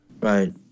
Right